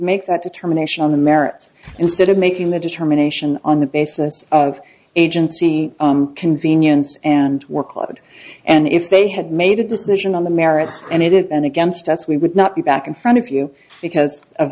make that determination on the merits instead of making the determination on the basis of agency convenience and workload and if they had made a decision on the merits and it and against us we would not be back in front of you because of